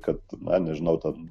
kad na nežinau ten